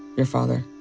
your father.